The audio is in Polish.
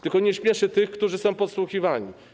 Tylko nie śmieszy tych, którzy są podsłuchiwani.